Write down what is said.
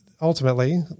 Ultimately